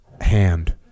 hand